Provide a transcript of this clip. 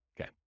okay